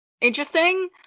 interesting